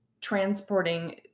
transporting